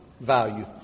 value